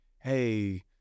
hey